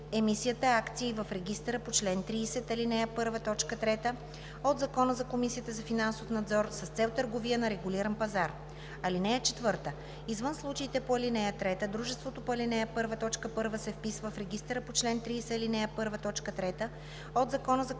емисията акции в регистъра по чл. 30, ал. 1, т. 3 от Закона за Комисията за финансов надзор с цел търговия на регулиран пазар. (4) Извън случаите по ал. 3 дружеството по ал. 1, т. 1 се вписва в регистъра по чл. 30, ал. 1, т. 3 от Закона за Комисията за финансов надзор